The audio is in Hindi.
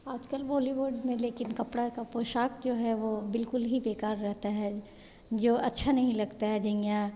आजकल बॉलीवुड में लेकिन कपड़े का पोशाक़ का जो है वह बिल्कुल ही बेकार रहती है जो अच्छा नहीं लगता है झांगिया